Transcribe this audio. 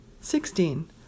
Sixteen